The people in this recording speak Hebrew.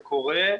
זה קורה.